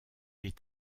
est